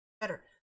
better